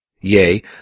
Yea